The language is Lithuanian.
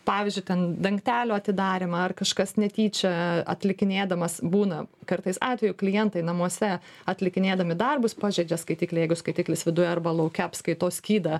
pavyzdžiui ten dangtelių atidarymą ar kažkas netyčia atlikinėdamas būna kartais atvejų klientai namuose atlikinėdami darbus pažeidžia skaitiklį jeigu skaitiklis viduje arba lauke apskaitos skydą